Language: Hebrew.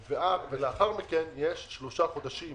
לאחר מכן יש שלושה חודשים